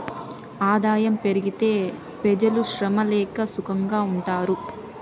ఆదాయం పెరిగితే పెజలు శ్రమ లేక సుకంగా ఉంటారు